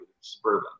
suburban